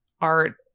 art